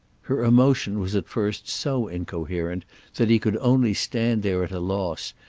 her emotion was at first so incoherent that he could only stand there at a loss,